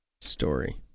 story